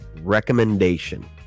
recommendation